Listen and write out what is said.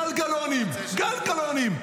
שמעון ריקלין עושה גלגלונים, גלגלונים.